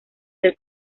del